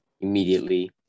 immediately